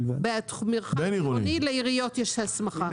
במרחב עירוני לעיריות יש הסמכה.